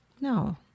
No